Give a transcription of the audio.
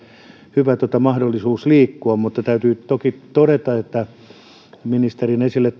hyvä mahdollisuus liikkua mutta täytyy toki todeta että kun ministeri toi esille